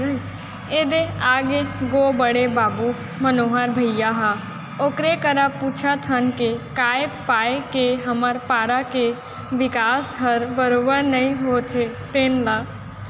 ए दे आगे गो बड़े बाबू मनोहर भइया ह ओकरे करा पूछत हन के काय पाय के हमर पारा के बिकास हर बरोबर नइ होत हे तेन ल